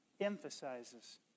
emphasizes